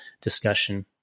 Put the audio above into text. discussion